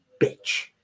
bitch